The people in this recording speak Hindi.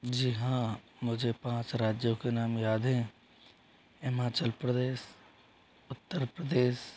जी हाँ मुझे पाँच राज्यों के नाम याद हैं हिमाचल प्रदेश उत्तर प्रदेश